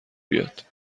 بیاد